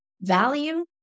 value